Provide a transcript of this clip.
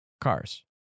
Cars